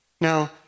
Now